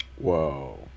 Whoa